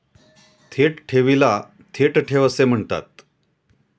थेट ठेवीला थेट ठेव असे म्हणतात